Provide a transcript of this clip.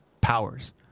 powers